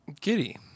Giddy